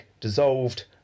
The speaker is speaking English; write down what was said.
dissolved